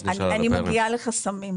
אז נשאל --- אני מגיעה לחסמים.